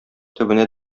төбенә